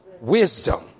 Wisdom